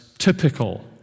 Typical